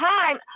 time